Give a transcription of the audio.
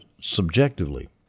subjectively